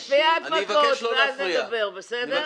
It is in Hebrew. תחטפי את מכות ואז נדבר, בסדר?